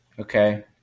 Okay